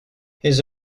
his